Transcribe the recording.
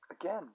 again